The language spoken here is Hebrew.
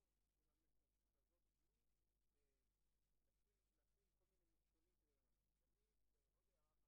בבית כשהם בעצם היו יכולים לבוא לעבודה.